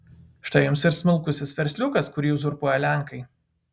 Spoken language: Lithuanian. štai jums ir smulkusis versliukas kurį uzurpuoja lenkai